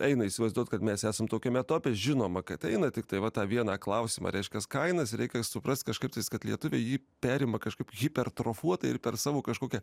eina įsivaizduoti kad mes esam tokiame tope žinoma kad eina tiktai va tą vieną klausimą reiškias kainas reikia suprast kažkaip tais kad lietuviai jį perima kažkaip hipertrofuotai ir per savo kažkokią